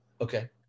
Okay